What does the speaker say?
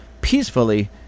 peacefully